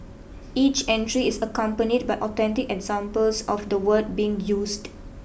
each entry is accompanied by authentic examples of the word being used